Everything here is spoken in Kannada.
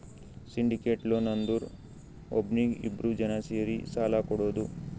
ಸಿಂಡಿಕೇಟೆಡ್ ಲೋನ್ ಅಂದುರ್ ಒಬ್ನೀಗಿ ಇಬ್ರು ಜನಾ ಸೇರಿ ಸಾಲಾ ಕೊಡೋದು